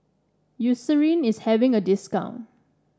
Eucerin is having a discount